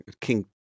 king